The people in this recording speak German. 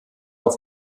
auf